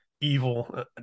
evil